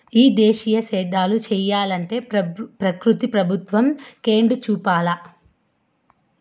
ఈ దేశీయ సేద్యం సెయ్యలంటే ప్రకృతి ప్రభుత్వాలు కెండుదయచూపాల